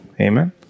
Amen